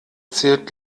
zählt